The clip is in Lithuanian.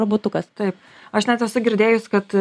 robotukas taip aš net esu girdėjus kad